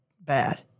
bad